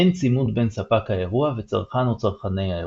אין צימוד בין ספק האירוע וצרכן או צרכני האירוע.